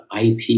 IP